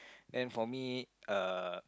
then for me uh